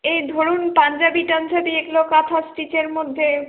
এই ধরুন পাঞ্জাবি টাঞ্জাবি এগুলো কাঁথা স্টিচের এর মধ্যে